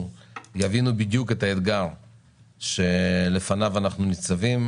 יבינו בדיוק את האתגר שלפניו אנחנו ניצבים.